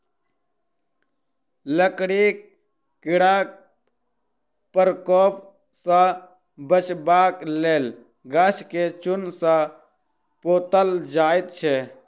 लकड़ीक कीड़ाक प्रकोप सॅ बचबाक लेल गाछ के चून सॅ पोतल जाइत छै